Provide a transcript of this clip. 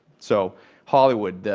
so hollywood,